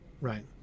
Right